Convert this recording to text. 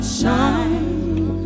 shine